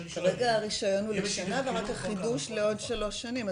כרגע הרישיון הוא לשנה ורק החידוש לעוד שלוש שנים.